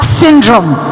syndrome